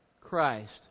Christ